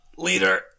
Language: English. Leader